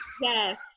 Yes